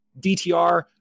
DTR